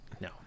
no